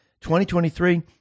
2023